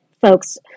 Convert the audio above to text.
folks